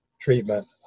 treatment